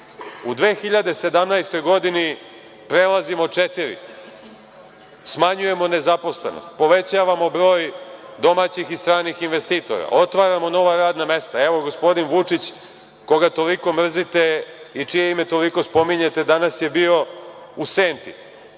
2017. godini prelazimo četiri, smanjujemo nezaposlenost, povećavamo broj domaćih i stranih investitora, otvaramo nova radna mesta. Evo, gospodin Vučić, koga toliko mrzite i čije ime toliko spominjete, danas je bio u Senti